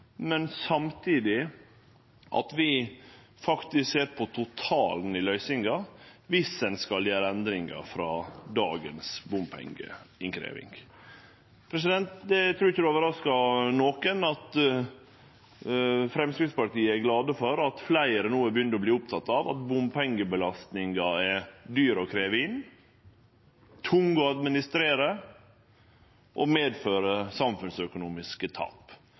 samtidig som at vi faktisk ser på totalen i løysinga, viss ein skal gjere endringar frå dagens bompengeinnkrevjing. Eg trur ikkje det overraskar nokon at Framstegspartiet er glad for at fleire no har begynt å verte opptekne av at bompengeinnkrevjinga kostar mykje, er tung å administrere og medfører samfunnsøkonomiske tap.